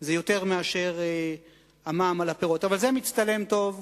הם יותר מהמע"מ על הפירות, אבל זה מצטלם טוב,